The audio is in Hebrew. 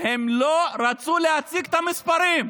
הם לא רצו להציג את המספרים.